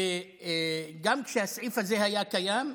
וגם כשהסעיף הזה היה קיים,